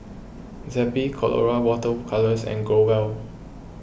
Zappy Colora Water Colours and Growell